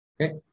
Okay